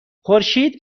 خورشید